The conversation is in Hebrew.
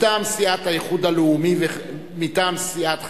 מטעם סיעת האיחוד הלאומי ומטעם סיעת חד"ש.